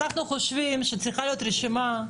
אנחנו חושבים שצריכה להיות רשימה,